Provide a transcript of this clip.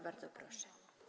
Bardzo proszę.